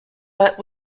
but